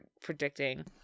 predicting